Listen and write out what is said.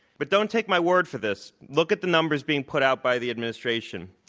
but don't take my word for this. look at the numbers being put out by the administration.